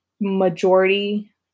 majority